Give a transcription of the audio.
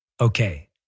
okay